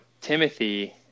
Timothy